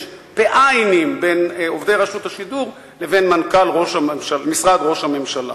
יש פ"עים בין עובדי רשות השידור לבין מנכ"ל משרד ראש הממשלה.